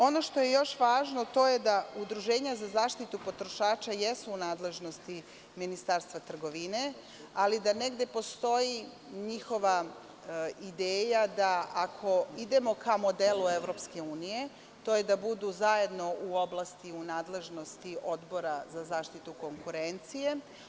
Ono što je još važno, a to je da su udruženja za zaštitu potrošača u nadležnosti Ministarstva trgovine, ali da negde postoji njihova ideja da ako idemo ka modelu EU, to je da budu zajedno u oblasti, u nadležnosti Odbora za zaštitu konkurencije.